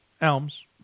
Elms